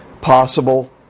possible